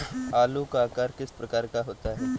आलू का आकार किस प्रकार का होता है?